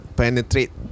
penetrate